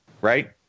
right